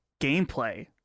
gameplay